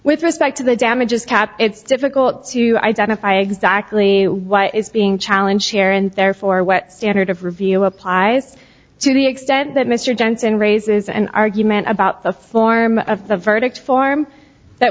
with respect to the damages cap it's difficult to identify exactly what is being challenge share and therefore what standard of review applies to the extent that mr jensen raises an argument about the form of the verdict form that